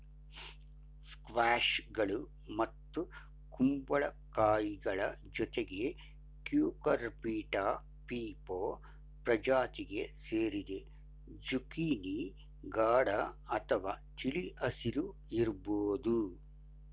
ಸ್ಕ್ವಾಷ್ಗಳು ಮತ್ತು ಕುಂಬಳಕಾಯಿಗಳ ಜೊತೆಗೆ ಕ್ಯೂಕರ್ಬಿಟಾ ಪೀಪೊ ಪ್ರಜಾತಿಗೆ ಸೇರಿದೆ ಜುಕೀನಿ ಗಾಢ ಅಥವಾ ತಿಳಿ ಹಸಿರು ಇರ್ಬೋದು